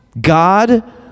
God